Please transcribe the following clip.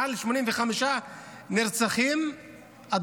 מתחילת השנה יש יותר מ-85 נרצחים בחברה הערבית,